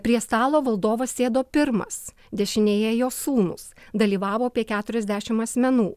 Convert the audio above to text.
prie stalo valdovas sėdo pirmas dešinėje jo sūnūs dalyvavo apie keturiasdešim asmenų